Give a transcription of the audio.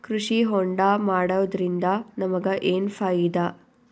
ಕೃಷಿ ಹೋಂಡಾ ಮಾಡೋದ್ರಿಂದ ನಮಗ ಏನ್ ಫಾಯಿದಾ?